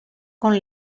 con